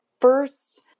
first